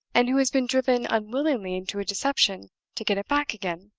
and who has been driven unwillingly into a deception to get it back again?